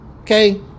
Okay